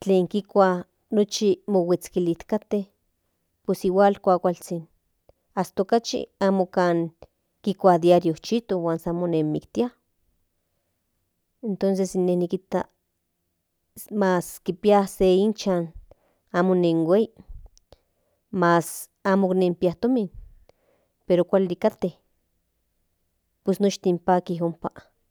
tlen kuika nochi mohuinkiliskate pues igual kuakualzhin hasta okachi amo kan diario chito huan san mimiktia tonces in ne nikijta mas kinpia se ichan amo nen huei mas amo nikpia tomin pero kuali kate pues nshtin paki ompa.